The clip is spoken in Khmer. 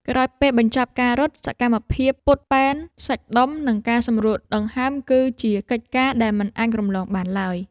ក្រោយពេលបញ្ចប់ការរត់ សកម្មភាពពត់ពែនសាច់ដុំ និងការសម្រួលដង្ហើម គឺជាកិច្ចការដែលមិនអាចរំលងបានឡើយ។